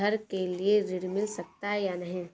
घर के लिए ऋण मिल सकता है या नहीं?